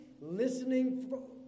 listening